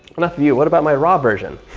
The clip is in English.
enough of you, what about my raw version?